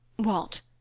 what?